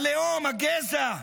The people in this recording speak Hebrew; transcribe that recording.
הלאום, הגזע.